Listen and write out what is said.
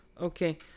Okay